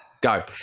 Go